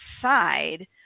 side